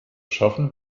schaffen